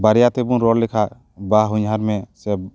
ᱵᱟᱨᱭᱟ ᱛᱮᱵᱚᱱ ᱨᱚᱲ ᱞᱮᱠᱷᱟᱱ ᱵᱟᱼᱦᱚᱧᱦᱟᱨᱢᱮ ᱥᱮ